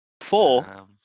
Four